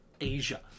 asia